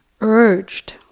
urged